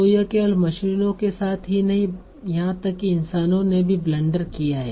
तो यह केवल मशीनों के साथ ही नहीं है यहां तक कि इंसानों ने भी ब्लंडर किया है